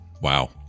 wow